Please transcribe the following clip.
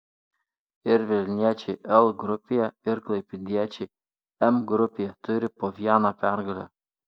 ir vilniečiai l grupėje ir klaipėdiečiai m grupėje turi po vieną pergalę